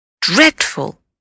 Dreadful